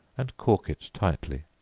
and cork it tightly.